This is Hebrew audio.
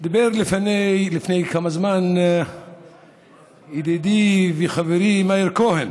דיבר לפני כמה זמן ידידי וחברי מאיר כהן,